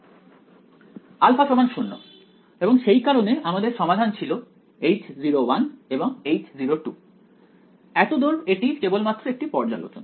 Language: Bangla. α 0 এবং সেই কারণে আমাদের সমাধান ছিল H0 এবং H0 এতদূর এটি কেবলমাত্র একটি পর্যালোচনা